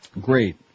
Great